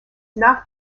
not